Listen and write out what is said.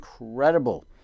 incredible